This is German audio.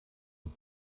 und